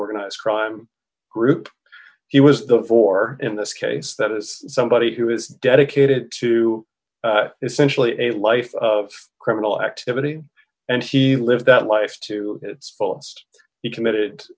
organized crime group he was the four in this case that is somebody who is dedicated to essentially a life of criminal activity and he lived that life to its fullest he committed